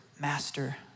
Master